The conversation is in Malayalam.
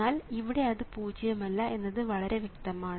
എന്നാൽ ഇവിടെ അത് പൂജ്യം അല്ല എന്നത് വളരെ വ്യക്തമാണ്